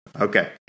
Okay